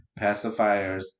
pacifiers